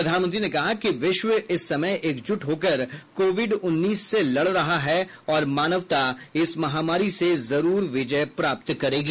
प्रधानमंत्री ने कहा कि विश्व इस समय एकजुट होकर कोविड उन्नीस से लड़ रहा है और मानवता इस महामारी से जरूर विजय प्राप्त करेगी